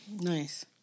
Nice